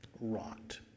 Rot